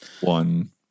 one